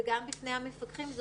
גם בפני המפקחים,